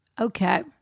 Okay